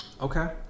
Okay